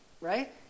Right